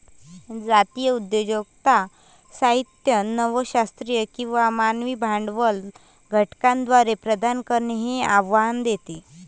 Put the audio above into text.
जातीय उद्योजकता साहित्य नव शास्त्रीय किंवा मानवी भांडवल घटकांद्वारे प्रदान करणे हे आव्हान देते